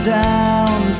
down